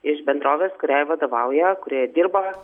iš bendrovės kuriai vadovauja kurioje dirba